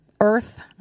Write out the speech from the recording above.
earth